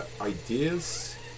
ideas